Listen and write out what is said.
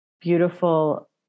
beautiful